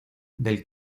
del